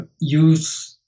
use